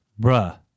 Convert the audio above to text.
bruh